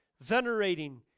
venerating